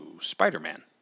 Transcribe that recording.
Spider-Man